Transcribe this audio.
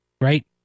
right